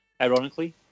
Ironically